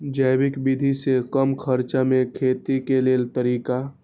जैविक विधि से कम खर्चा में खेती के लेल तरीका?